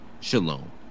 Shalom